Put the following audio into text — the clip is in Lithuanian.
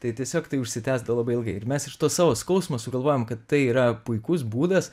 tai tiesiog tai užsitęsdavo labai ilgai ir mes iš to savo skausmo sugalvojom kad tai yra puikus būdas